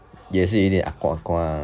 也是有一点 ah kua ah kua